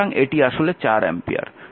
সুতরাং এটি আসলে 4 অ্যাম্পিয়ার